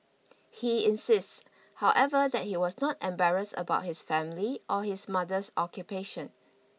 he insists however that he was not embarrassed about his family or his mother's occupation